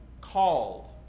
called